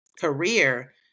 career